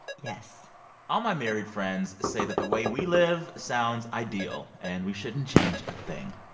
yes all my married friends say that the way we live sounds ideal, and we shouldn't change a thing.